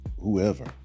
Whoever